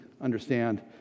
understand